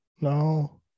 No